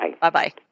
Bye-bye